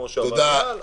כמו שאמר אייל.